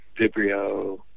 Vibrio